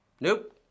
Nope